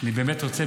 אני באמת רוצה,